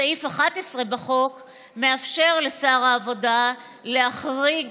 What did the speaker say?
סעיף 11 בחוק מאפשר לשר העבודה להחריג